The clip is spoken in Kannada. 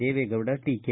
ದೇವೇಗೌಡ ಟೀಕೆ